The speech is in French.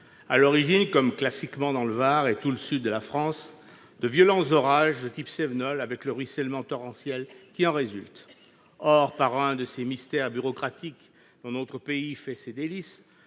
À l'origine, comme c'est classiquement le cas dans le Var et dans tout le sud de la France, de violents orages de type cévenol, avec le ruissellement torrentiel qui en résulte. Pourtant, par l'un de ces mystères bureaucratiques dont notre pays fait ses délices,